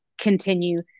continue